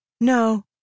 No